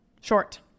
Short